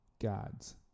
gods